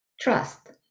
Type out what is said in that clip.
trust